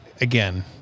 again